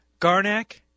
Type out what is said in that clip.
Garnack